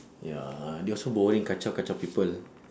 ya they also boring kacau kacau people